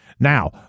Now